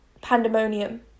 pandemonium